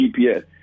GPS